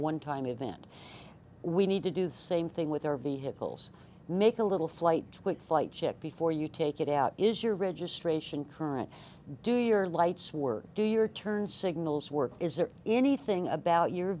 one time event we need to do the same thing with our vehicles make a little flight twit flight check before you take it out is your registration current do your lights were do your turn signals work is there anything about your